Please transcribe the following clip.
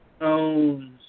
owns